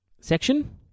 section